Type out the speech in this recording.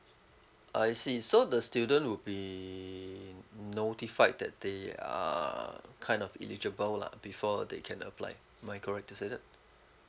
I see so the student would be notified that they are kind of eligible lah before they can apply am I correct to say that